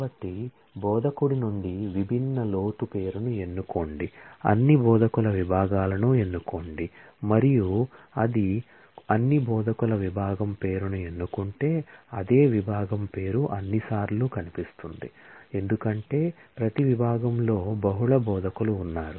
కాబట్టి బోధకుడి నుండి విభిన్న లోతు పేరును ఎన్నుకోండి అన్ని బోధకుల విభాగాలను ఎన్నుకోండి మరియు అది అన్ని బోధకుల విభాగం పేరును ఎన్నుకుంటే అదే విభాగం పేరు అన్ని సార్లు కనిపిస్తుంది ఎందుకంటే ప్రతి విభాగంలో బహుళ బోధకులు ఉన్నారు